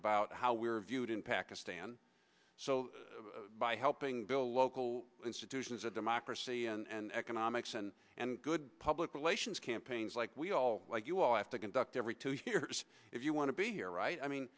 about how we're viewed in pakistan so by helping build local institutions of democracy and economics and good public relations campaigns like we all like you all have to conduct every two years if you want to be here right i mean